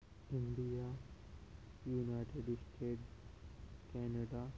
India united state Canada